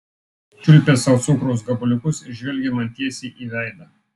čiulpė sau cukraus gabaliukus ir žvelgė man tiesiai į veidą